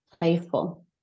playful